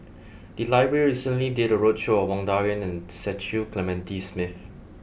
the library recently did a roadshow on Wang Dayuan and Cecil Clementi Smith